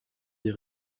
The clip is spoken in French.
des